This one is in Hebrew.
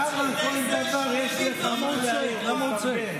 למה על כל דבר יש לך מה להעיר?